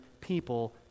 people